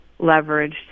leveraged